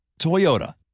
Toyota